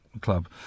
club